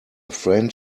friend